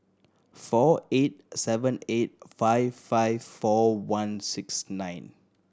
four eight seven eight five five four one six nine